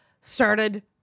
started